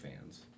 fans